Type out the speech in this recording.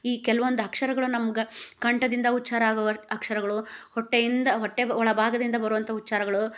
ಈ ಕೆಲವೊಂದು ಅಕ್ಷರಗಳು ನಮ್ಗೆ ಕಂಠದಿಂದ ಉಚ್ಛಾರ ಆಗೋ ಅಕ್ಷರಗಳು ಹೊಟ್ಟೆಯಿಂದ ಹೊಟ್ಟೆ ಒಳ ಭಾಗದಿಂದ ಬರುವಂಥ ಉಚ್ಛಾರಗಳು